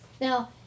Now